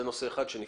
זה נושא אחד שנפתר.